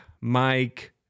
Mike